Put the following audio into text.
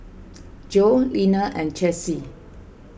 Joe Leaner and Chessie